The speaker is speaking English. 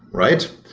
right?